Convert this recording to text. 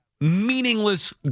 meaningless